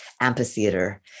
amphitheater